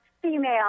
Female